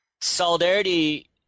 Solidarity